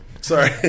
sorry